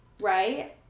Right